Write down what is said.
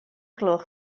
gloch